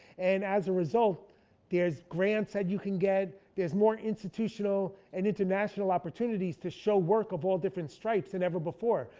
and as a result there's grants that you can get, there's more institutional and international opportunities to show work of all different stripes then ever before.